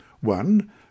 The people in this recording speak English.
One